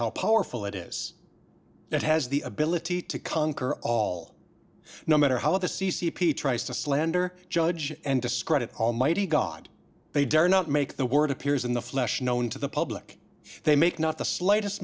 how powerful it is that has the ability to conquer all no matter how the c c p tries to slander judge and discredit almighty god they dare not make the word appears in the flesh known to the public they make not the slightest